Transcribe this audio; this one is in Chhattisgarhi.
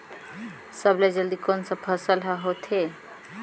सबले जल्दी कोन सा फसल ह होथे?